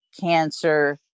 cancer